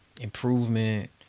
improvement